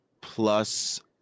plus